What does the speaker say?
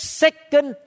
second